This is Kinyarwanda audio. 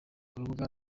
urubuga